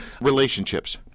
Relationships